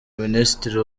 minisitiri